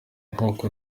nk’uko